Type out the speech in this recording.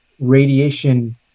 radiation